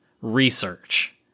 research